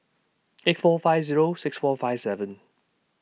eight four five Zero six four five seven